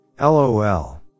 LOL